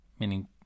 meaning